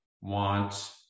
want